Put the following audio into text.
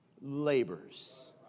labors